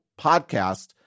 podcast